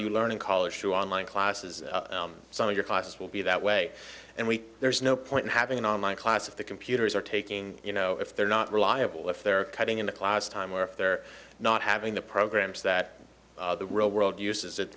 you learn in college to online classes some of your classes will be that way and we there's no point in having an online class if the computers are taking you know if they're not reliable if they're cutting into class time or if they're not having the programs that the real world uses